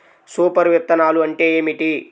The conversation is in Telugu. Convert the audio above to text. సూపర్ విత్తనాలు అంటే ఏమిటి?